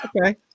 Okay